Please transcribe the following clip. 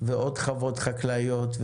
ועוד חוות חקלאיות,